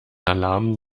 alarm